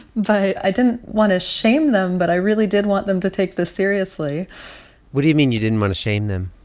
but i didn't want to shame them, but i really did want them to take this seriously what do you mean you didn't want to shame them?